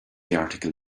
article